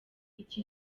iki